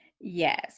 Yes